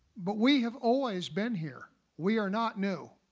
but we have always been here. we are not new.